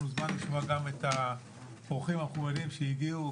זמן לשמוע גם את האורחים המכובדים שהגיעו,